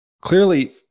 clearly